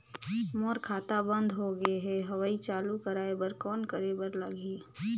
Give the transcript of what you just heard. मोर खाता बंद हो गे हवय चालू कराय बर कौन करे बर लगही?